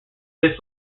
this